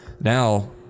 now